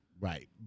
right